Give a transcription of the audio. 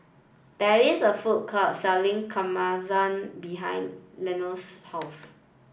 there is a food court selling Kamameshi behind Leonce's house